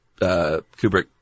Kubrick